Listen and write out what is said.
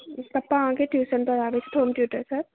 पप्पा अहाँके ट्यूशन पढ़ाबैत छथि होम ट्यूटर छथि